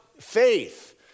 faith